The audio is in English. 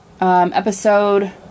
episode